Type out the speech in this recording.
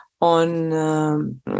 on